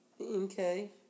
Okay